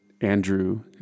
Andrew